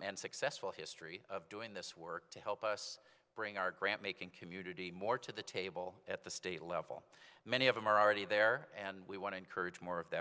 and successful history of doing this work to help us bring our grant making community more to the table at the state level many of them are already there and we want to encourage more of that